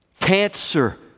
cancer